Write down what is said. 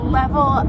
level